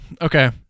Okay